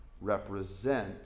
represent